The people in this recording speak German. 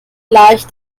leicht